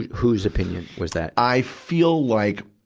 who's opinion was that? i feel like,